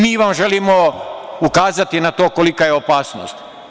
Mi vam želimo ukazati na to kolika je opasnost.